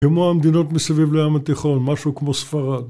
כמו המדינות מסביב לים התיכון, משהו כמו ספרד